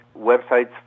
websites